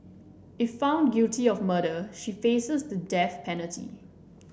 if found guilty of murder she faces the death penalty